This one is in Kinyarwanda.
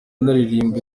anaririmba